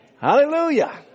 Hallelujah